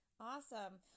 Awesome